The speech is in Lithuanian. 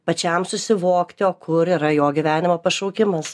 pačiam susivokti o kur yra jo gyvenimo pašaukimas